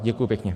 Děkuji pěkně.